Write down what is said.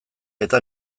eta